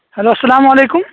hello السلام علیکم